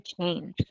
change